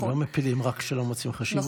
לא מפילים רק כשלא מוצאים חשיבות.